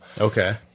Okay